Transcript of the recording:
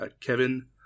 Kevin